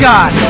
God